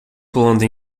pulando